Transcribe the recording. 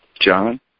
John